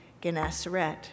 Gennesaret